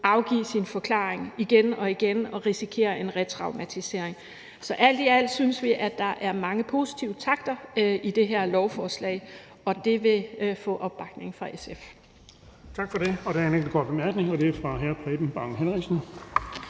afgive sin forklaring igen og igen og risikere en retraumatisering. Så alt i alt synes vi, at der er mange positive takter i det her lovforslag, og det vil få opbakning fra SF.